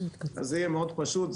זה יהיה מאוד פשוט.